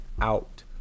out